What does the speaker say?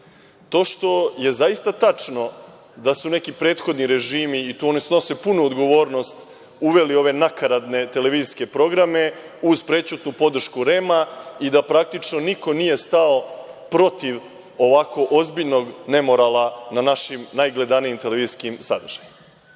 To što je zaista tačno da su neki prethodni režimi, i tu oni snose punu odgovornost, uveli ove nakaradne televizijske programe, uz prećutnu podršku REM-a, i da praktično niko nije stao protiv ovako ozbiljnog nemorala na našim najgledanijim televizijskim sadržajima.